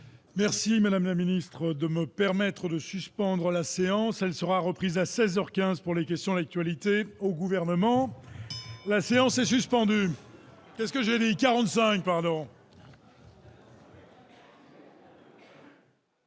Merci madame la ministre, de me permettre de suspendre la séance, elle sera reprise à 16 heures 15 pour les questions d'actualité au gouvernement, la séance est suspendue parce que j'ai 45 pardon.